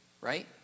right